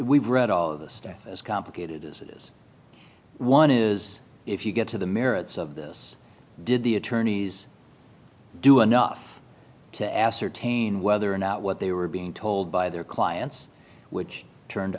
we've read all of this stuff as complicated as this one is if you get to the merits of this did the attorneys do enough to ascertain whether or not what they were being told by their clients which turned